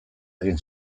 egin